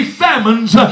famines